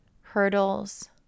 hurdles